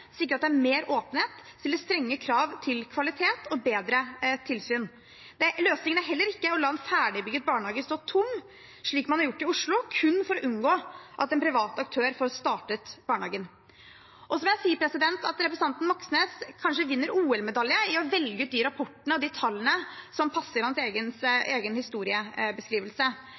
slik at det er mer åpenhet, stilles strenge krav til kvalitet og bedre tilsyn. Løsningen er heller ikke å la en ferdigbygget barnehage stå tom, slik man har gjort i Oslo, kun for å unngå at en privat aktør får startet barnehage. Representanten Moxnes vinner kanskje OL-medalje i å velge ut de rapportene og de tallene som passer hans egen historiebeskrivelse.